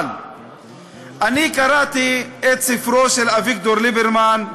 אבל אני קראתי את ספרו של אביגדור ליברמן,